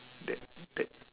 that that